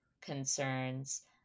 concerns